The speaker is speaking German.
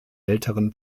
älteren